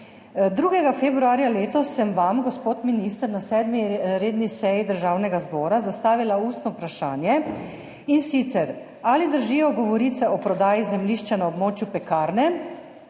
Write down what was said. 2. februarja letos sem vam, gospod minister, na 7. redni seji Državnega zbora zastavila ustno vprašanje, in sicer: Ali držijo govorice o prodaji zemljišča na območju Pekarne